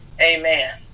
Amen